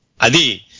Adi